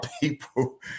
people